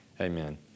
Amen